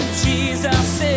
Jesus